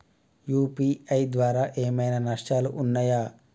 UPI ద్వారా ఏమైనా నష్టాలు ఉన్నయా?